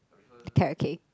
carrot cake